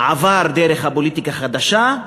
עבר דרך הפוליטיקה החדשה,